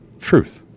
truth